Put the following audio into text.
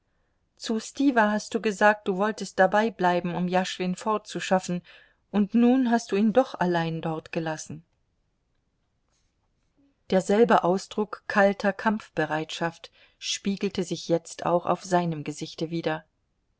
zu stiwa hast du gesagt du wolltest dableiben um jaschwin fortzuschaffen und nun hast du ihn doch allein dort gelassen derselbe ausdruck kalter kampfbereitschaft spiegelte sich jetzt auch auf seinem gesichte wider